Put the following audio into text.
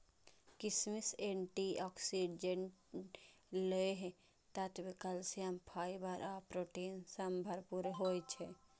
किशमिश anti oxidant, लोह तत्व, कैल्सियम, फाइबर आ प्रोटीन सं भरपूर होइ छै